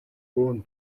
бөөн